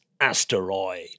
asteroid